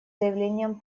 заявлением